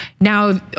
now